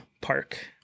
Park